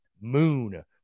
moon